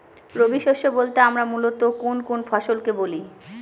রবি শস্য বলতে আমরা মূলত কোন কোন ফসল কে বলি?